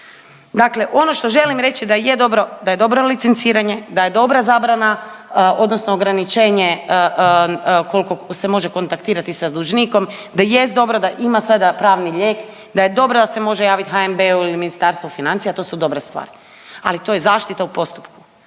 Dakle, ono što želim reći da je dobro, da je dobro licenciranje, da je dobra zabrana odnosno ograničenje koliko se može kontaktirati sa dužnikom, da jest dobra da ima sada pravni lijek, da je dobro da se može javit HNB-u ili Ministarstvu financija to su dobre stvari. Ali to je zaštita u postupku,